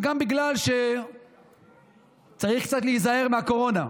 יקר לו וגם בגלל שצריך קצת להיזהר מהקורונה.